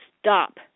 stop